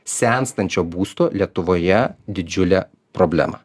senstančio būsto lietuvoje didžiulę problemą